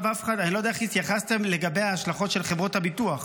אני לא יודע איך התייחסתם לגבי ההשלכות של חברות הביטוח.